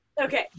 okay